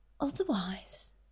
otherwise